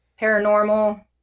paranormal